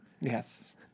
Yes